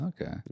Okay